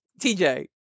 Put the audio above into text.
TJ